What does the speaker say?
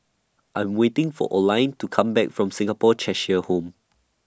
I'm waiting For Oline to Come Back from Singapore Cheshire Home